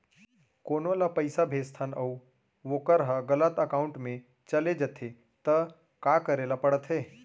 कोनो ला पइसा भेजथन अऊ वोकर ह गलत एकाउंट में चले जथे त का करे ला पड़थे?